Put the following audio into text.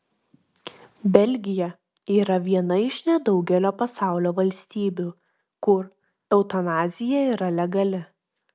belgija yra viena iš nedaugelio pasaulio valstybių kur eutanazija yra legali